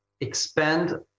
expand